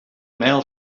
mel